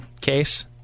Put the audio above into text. case